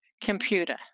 computer